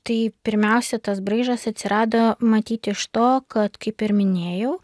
tai pirmiausia tas braižas atsirado matyt iš to kad kaip ir minėjau